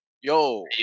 yo